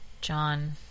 John